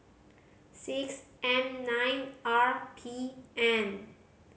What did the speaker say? six M nine R P N